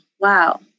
wow